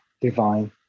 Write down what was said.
divine